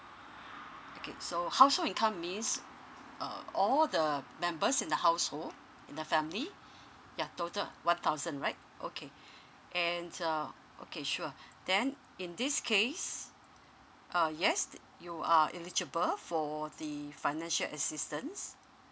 okay so household income mean uh all the members in the household in the family ya total one thousand right okay and uh okay sure then in this case uh yes you are eligible for the financial assistance